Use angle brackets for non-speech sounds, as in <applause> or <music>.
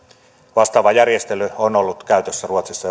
vastaava järjestely on ollut käytössä ruotsissa <unintelligible>